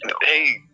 Hey